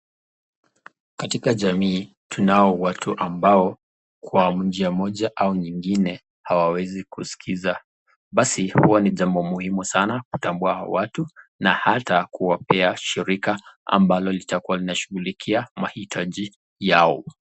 Katika jamii tunao watu ambao kwa njia moja au nyingine hawawezi kusikiza, basi huwa ni jambo muhimu sana kutambua hawa watu na ata kuwapea shirika ambalo litakuwa linashughulikia mahitaji yao.